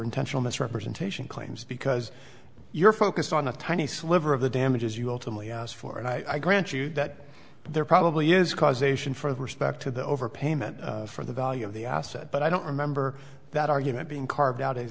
intentional misrepresentation claims because you're focused on a tiny sliver of the damages you ultimately asked for and i grant you that there probably is causation for respect to the overpayment for the value of the asset but i don't remember that argument being carved out as